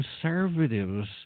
conservatives